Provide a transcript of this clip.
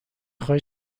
خوای